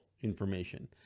information